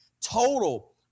total